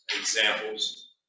examples